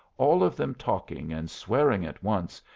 all of them talking and swearing at once,